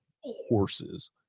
horses